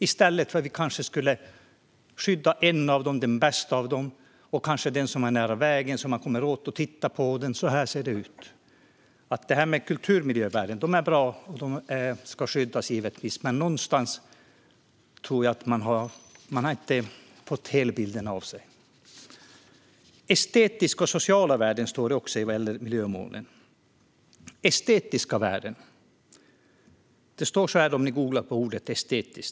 I stället skulle vi kanske skydda en av dem, den bästa och kanske den som är nära vägen, så att man kommer åt att titta på den. Kulturmiljövärden är bra, och de ska givetvis skyddas. Men jag tror inte att man har fått hela bilden av detta. När det gäller miljömålen står det också om estetiska och sociala värden. Man kan googla på ordet estetisk.